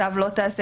צו לא תעשה,